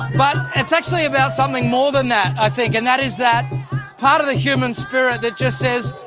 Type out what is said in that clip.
but it's actually about something more than that, i think. and that is that part of the human spirit that just says,